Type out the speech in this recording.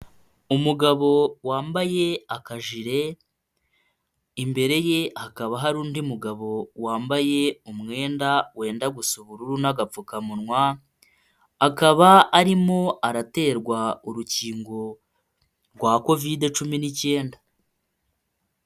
Umugabo wambaye akajire, imbere ye hakaba hari undi mugabo wambaye umwenda wenda gusa ubururu n'agapfukamunwa, akaba arimo araterwa urukingo rwa kovide cumi n'icyenda.